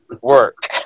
work